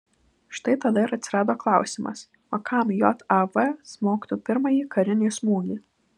štai tada ir atsirado klausimas o kam jav smogtų pirmąjį karinį smūgį